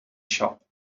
shop